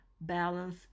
balance